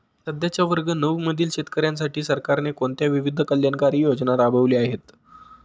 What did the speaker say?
सध्याच्या वर्ग नऊ मधील शेतकऱ्यांसाठी सरकारने कोणत्या विविध कल्याणकारी योजना राबवल्या आहेत?